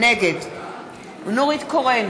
נגד נורית קורן,